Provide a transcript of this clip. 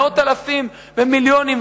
מאות-אלפים ומיליונים,